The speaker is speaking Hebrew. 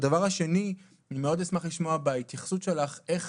והדבר השני, אני כן אשמח לשמוע בהתייחסות שלך איך